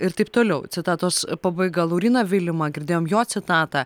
ir taip toliau citatos pabaiga lauryną vilimą girdėjom jo citatą